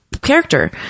character